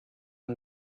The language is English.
and